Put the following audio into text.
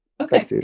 Okay